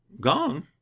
Gone